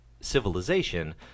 civilization